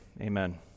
amen